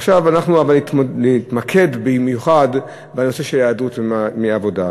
עכשיו אנחנו נתמקד במיוחד בנושא של היעדרות מעבודה.